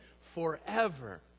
forever